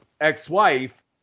ex-wife